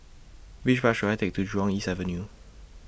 Which Bus should I Take to Jurong East Avenue